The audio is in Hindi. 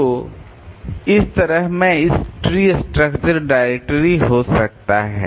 तो इस तरह मैं इस ट्री स्ट्रक्चर्ड डायरेक्टरी हो सकता है